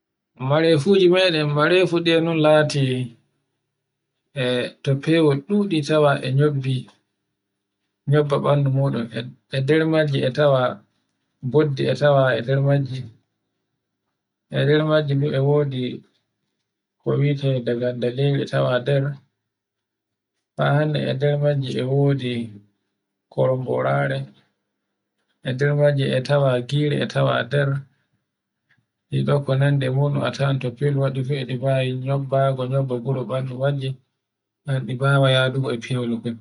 Marefuji meɗen marefu e ɗani latiɗi e to fewol ɗuɗi tawa e nyobbi. Nyobba ɓandu muɗun e nder majji e tawa boddi e tawa e nder majji. E nder majji du e wodi ko bi'ete dagandaleru tawa nder. Ha hande e nde majji e wodi koromborare e nder majji e tawa gire e tawa nder e ɗo ko nandi muɗum a tawan to fewol waɗi fu e ɗi bawi nyoɓɓago, nyoɓɓba guro ɓandu e di bawa yadugo e fewol.